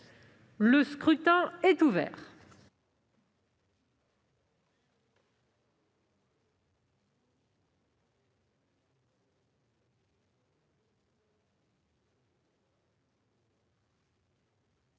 Le scrutin est ouvert.